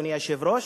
אדוני היושב-ראש?